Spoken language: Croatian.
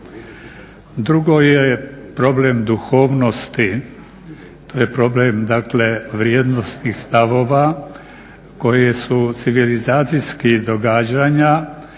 Drugo je problem duhovnosti, to je problem dakle vrijednosnih stavova koje su civilizacijskih događanja